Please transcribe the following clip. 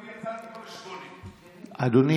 אני הייתי פה, אדוני.